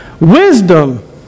Wisdom